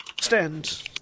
Stand